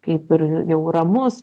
kaip ir jau ramus